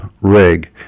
rig